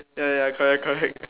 ya ya ya correct correct